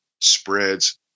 spreads